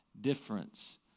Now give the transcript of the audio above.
difference